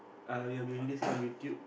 uh we'll be releasing on YouTube